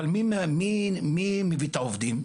אבל מי מביא את העובדים?